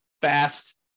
fast